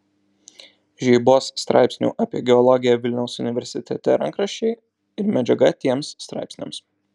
žeibos straipsnių apie geologiją vilniaus universitete rankraščiai ir medžiaga tiems straipsniams